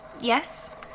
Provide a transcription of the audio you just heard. Yes